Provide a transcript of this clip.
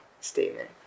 statement